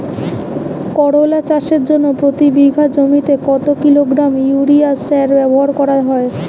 করলা চাষের জন্য প্রতি বিঘা জমিতে কত কিলোগ্রাম ইউরিয়া সার ব্যবহার করা হয়?